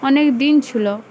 অনেক দিন ছিলো